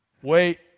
wait